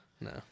No